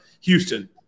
Houston